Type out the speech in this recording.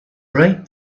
break